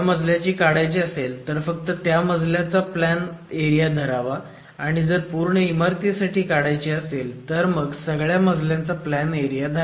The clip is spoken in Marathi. मजल्याची काढायची असेल तर फक्त त्या माजल्याचा प्लॅन एरिया धरावा आणि जर पूर्ण इमारतीसाठी काढायची असेल तर मग सगळ्या मजल्यांचा प्लॅन एरिया धरावा